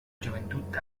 joventut